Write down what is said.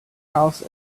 house